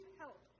help